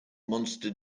monster